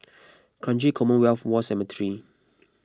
Kranji Commonwealth War Cemetery